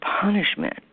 punishment